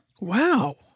Wow